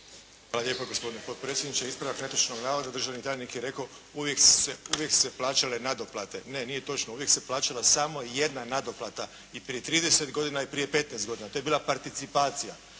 Hvala lijepo gospodine potpredsjedniče. Ispravak netočnog navoda, državni tajnik je rekao, uvijek su se plaćale nadoplate, ne nije točno, uvijek se plaćala samo jedna nadoplata. I prije 30 godina i prije 15 godina. To je bila participacija.